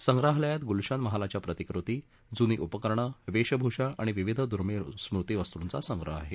संग्रहालयामधे गुलशन महालाच्या प्रतिकृती जूनी उपकरणं वेशभूषा आणि विविध दुर्मिळ स्मृतीवस्तूचा संग्रह आहे